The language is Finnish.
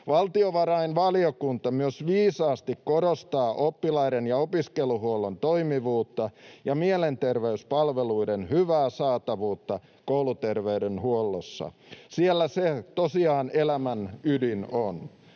Valtiovarainvaliokunta myös viisaasti korostaa oppilas- ja opiskeluhuollon toimivuutta ja mielenterveyspalveluiden hyvää saatavuutta kouluterveydenhuollossa. Siellä se elämän ydin